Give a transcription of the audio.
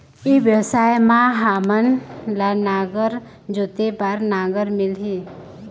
ई व्यवसाय मां हामन ला नागर जोते बार नागर मिलही?